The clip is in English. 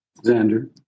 Xander